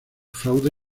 fraude